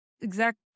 exact